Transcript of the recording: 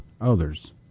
others